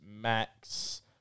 Max